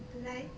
like